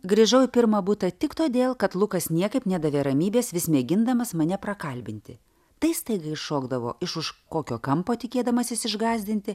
grįžau į pirmą butą tik todėl kad lukas niekaip nedavė ramybės vis mėgindamas mane prakalbinti tai staiga iššokdavo iš už kokio kampo tikėdamasis išgąsdinti